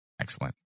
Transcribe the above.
Excellent